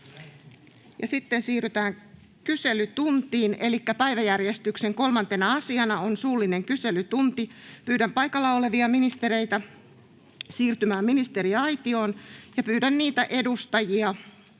=== RAW CONTENT === Päiväjärjestyksen 3. asiana on suullinen kyselytunti. Pyydän paikalla olevia ministereitä siirtymään ministeriaitioon. Pyydän niitä edustajia,